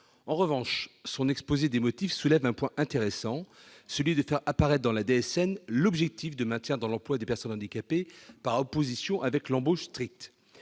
En revanche, son objet soulève un point intéressant : faire apparaître dans la DSN l'objectif de maintien dans l'emploi des personnes handicapées, par opposition avec l'embauche stricte.